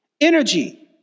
energy